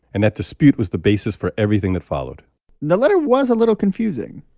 and that dispute was the basis for everything that followed the letter was a little confusing.